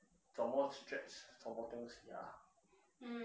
怎么 stretch 什么东西啊